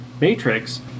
Matrix